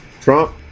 Trump